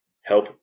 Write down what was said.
help